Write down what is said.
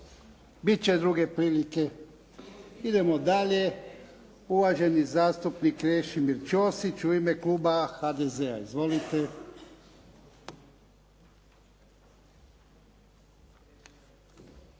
lijepa. Idemo dalje. Uvaženi zastupnik Krešimir Ćosić u ime kluba HDZ-a. Izvolite.